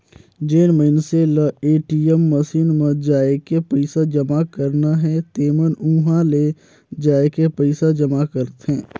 जेन मइनसे ल ए.टी.एम मसीन म जायके पइसा जमा करना हे तेमन उंहा ले जायके पइसा जमा करथे